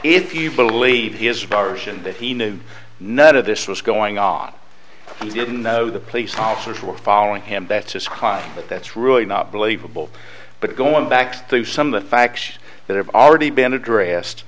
if you believe he is barzan that he knew none of this was going on he didn't know the police officers were following him that's his crime but that's really not believable but going back to some of the facts that have already been addressed